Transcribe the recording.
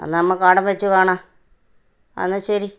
എന്നാൽ നമുക്ക് അവിടെ വെച്ച് കാണാം എന്നാ ശരി